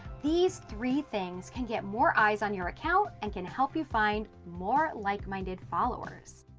these three things can get more eyes on your account and can help you find more like minded followers.